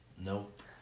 Nope